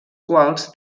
quals